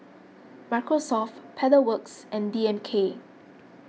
Microsoft Pedal Works and D M K